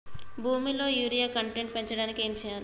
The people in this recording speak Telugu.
భూమిలో యూరియా కంటెంట్ పెంచడానికి ఏం చేయాలి?